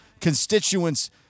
constituents